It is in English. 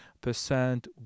percent